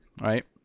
right